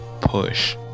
Push